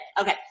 okay